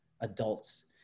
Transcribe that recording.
adults